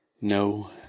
no